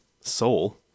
soul